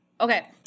Okay